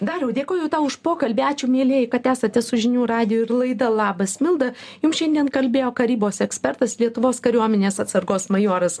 dariau dėkoju tau už pokalbį ačiū mielieji kad esate su žinių radiju ir laida labas milda jums šiandien kalbėjo karybos ekspertas lietuvos kariuomenės atsargos majoras